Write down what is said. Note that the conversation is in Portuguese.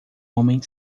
homem